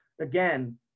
again